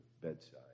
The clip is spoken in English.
bedside